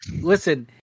listen